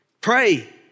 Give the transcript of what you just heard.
Pray